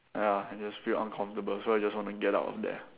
ya I just feel uncomfortable so I want to get out of there